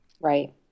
Right